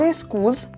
schools